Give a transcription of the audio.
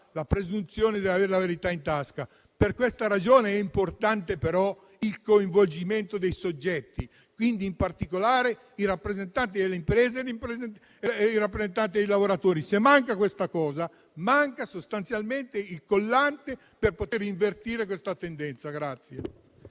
la presunzione di avere la verità in tasca. Per questa ragione è importante il coinvolgimento dei soggetti, in particolare dei rappresentanti delle imprese e dei rappresentanti dei lavoratori. Se mancano questi elementi, manca sostanzialmente il collante per poter invertire questa tendenza.